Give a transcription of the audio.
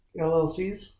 LLCs